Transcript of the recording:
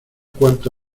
cuánto